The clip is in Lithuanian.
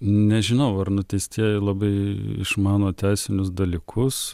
nežinau ar nuteistieji labai išmano teisinius dalykus